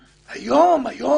אולי.